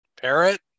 parrot